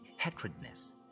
hatredness